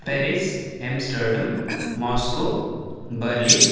Paris Amsterdam Moscow Berlin